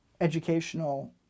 educational